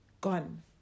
gone